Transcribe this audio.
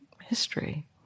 history